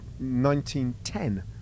1910